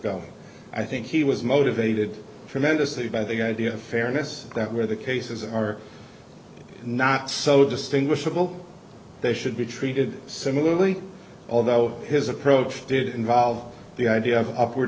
go i think he was motivated tremendously by the idea of fairness that where the cases are not so distinguishable they should be treated similarly although his approach did involve the idea of upward